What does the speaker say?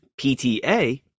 PTA